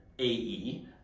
AE